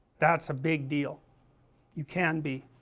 that s a big deal you can be,